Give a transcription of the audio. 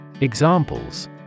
Examples